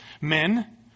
men